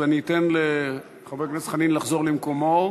אז אני אתן לחבר הכנסת חנין לחזור למקומו.